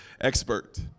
expert